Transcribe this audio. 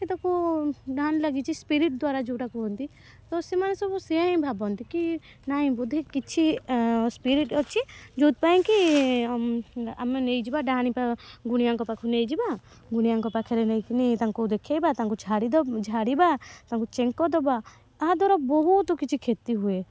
କି ତାକୁ ଡାହାଣୀ ଲାଗିଛି ସ୍ପିରିଟ୍ ଦ୍ୱାରା ଯେଉଁଟା କୁହନ୍ତି ତ ସେମାନେ ସବୁ ସେଇଆ ହିଁ ଭାବନ୍ତି କି ନାହିଁ ବୋଧେ କିଛି ସ୍ପିରିଟ୍ ଅଛି ଯେଉଁଥି ପାଇଁକି ଆମେ ନେଇଯିବା ଡାହାଣୀ ପା ଗୁଣିଆଙ୍କ ପାଖକୁ ନେଇଯିବା ଗୁଣିଆଙ୍କ ପାଖରେ ନେଇକରି ତାଙ୍କୁ ଦେଖାଇବା ତାଙ୍କୁ ଝାଡ଼ି ଦେବ ଝାଡ଼ିବା ତାଙ୍କୁ ଚେଙ୍କ ଦେବା ଏହା ଦ୍ୱାରା ବହୁତ କିଛି କ୍ଷତି ହୁଏ